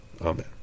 Amen